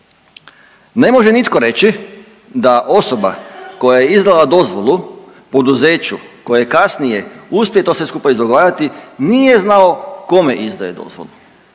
Ne može nitko reći da osoba koja je izdala dozvolu poduzeću koje kasnije uspije to sve skupa izdogovarati nije znao kome izdaje dozvolu,